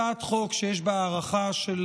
לחזק את יסודותיו של